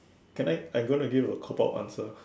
can I I'm going to give a cop out answer